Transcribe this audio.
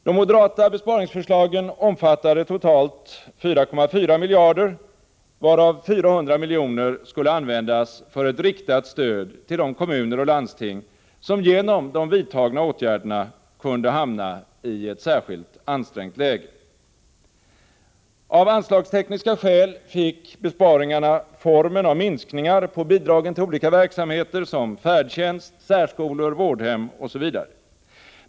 De moderata besparingsförslagen omfattade totalt 4,4 miljarder, varav 400 miljoner skulle användas för ett riktat stöd till de kommuner och landsting som genom de vidtagna åtgärderna kunde hamna i ett särskilt ansträngt läge. Av anslagstekniska skäl fick besparingarna formen av minskningar på bidragen till olika verksamheter som färdtjänst, särskolor, vårdhem osv.